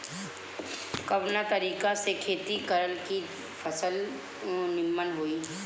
कवना तरीका से खेती करल की फसल नीमन होई?